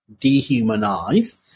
dehumanize